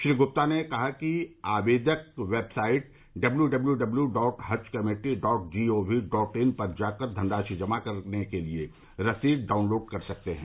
श्री गुप्ता ने बताया कि आपेदक website W W W dot Haj committee dot G O V dot in पर जाकर धनराशि जमा करने के लिए रसीद डाउनलोड कर सकते हैं